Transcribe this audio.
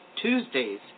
Tuesdays